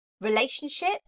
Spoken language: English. relationship